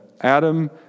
Adam